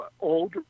old